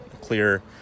clear